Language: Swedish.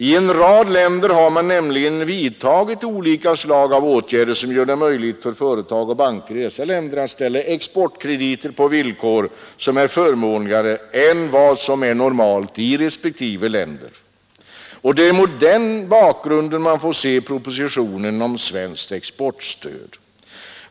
I en rad länder har man nämligen vidtagit olika slag av åtgärder, som gör det möjligt för företag och banker i dessa länder att ställa exportkrediter på villkor som är förmånligare än vad som är normalt i respektive länder. Det är mot den bakgrunden man får se propositionen om svenskt exportstöd.